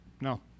No